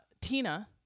Tina